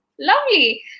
Lovely